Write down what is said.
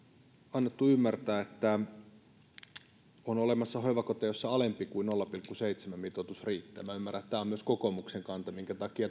annettu ymmärtää että on olemassa hoivakoteja joissa alempi kuin nolla pilkku seitsemän mitoitus riittää minä ymmärrän että tämä on myös kokoomuksen kanta minkä takia